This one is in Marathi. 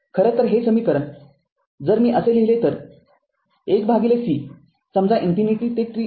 खरं तर हे समीकरण जर मी असे लिहिले तर१c समजा इन्फिनिटी ते t0 आहे